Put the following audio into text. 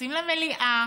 נכנסים למליאה,